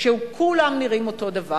שכולם נראים אותו דבר.